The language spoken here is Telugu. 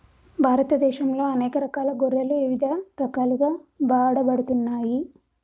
భారతదేశంలో అనేక రకాల గొర్రెలు ఇవిధ రకాలుగా వాడబడుతున్నాయి